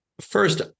First